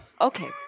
okay